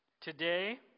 Today